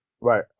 Right